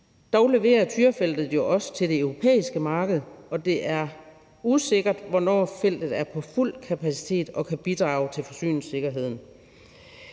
Dog leverer Tyrafeltet jo også til det europæiske marked, og det er usikkert, hvornår feltet er oppe på fuld kapacitet og kan bidrage til forsyningssikkerheden.